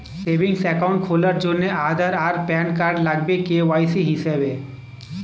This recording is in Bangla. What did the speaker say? সেভিংস অ্যাকাউন্ট খোলার জন্যে আধার আর প্যান কার্ড লাগবে কে.ওয়াই.সি হিসেবে